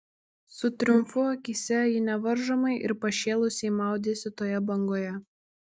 su triumfu akyse ji nevaržomai ir pašėlusiai maudėsi toje bangoje